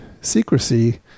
secrecy